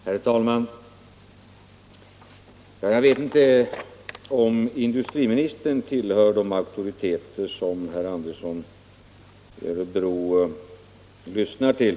Herr talman! Jag vet inte om industriministern också tillhör de auktoriteter som herr Andersson i Örebro lyssnar till.